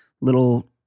little